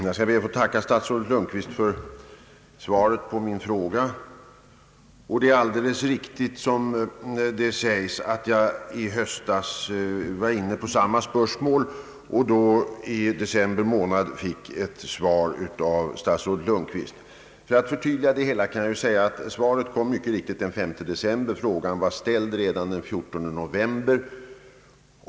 Herr talman! Jag tackar statsrådet Lundkvist för svaret på min fråga. Det är riktigt att jag i höstas också tog upp denna fråga och i december fick svar från statsrådet Lundkvist. Jag vill förtydliga detta med att säga att svaret mycket riktigt gavs den 5 december. Frågan var dock ställd redan den 14 november.